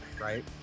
Right